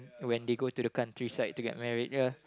when they go to the countryside to get married ya